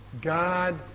God